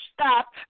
stop